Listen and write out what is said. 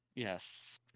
Yes